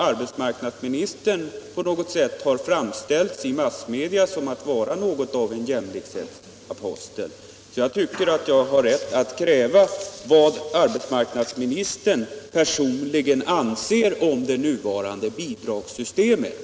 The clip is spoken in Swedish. Arbetsmarknadsministern har ju i massmedia framställts som något av en jämlikhetsapostel, så jag tycker att jag har rätt att få veta vad arbetsmarknadsministern personligen anser om det nuvarande bidragssystemet.